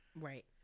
Right